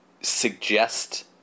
suggest